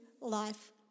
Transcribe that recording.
life